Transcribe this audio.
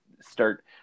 start